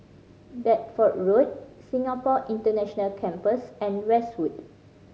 Deptford Road Singapore International Campus and Westwood